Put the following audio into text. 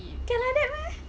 can like that meh